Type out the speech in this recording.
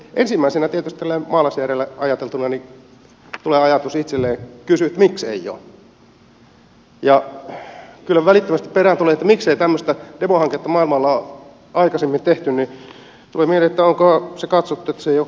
ensimmäisenä tietysti tällä tavoin maalaisjärjellä ajateltuna tulee itselle mieleen kysymys että miksi ei ole ja kyllä välittömästi perään tulee mieleen että miksei tämmöistä demohanketta maailmalla ole aikaisemmin tehty että onko katsottu että se ei ole kovin järkevää